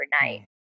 overnight